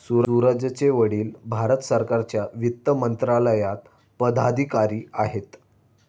सूरजचे वडील भारत सरकारच्या वित्त मंत्रालयात पदाधिकारी आहेत